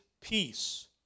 peace